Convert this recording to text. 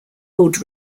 old